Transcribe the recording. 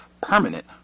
permanent